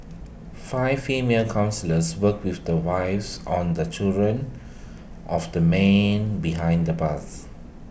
five female counsellors worked with the wives on the children of the men behind the bars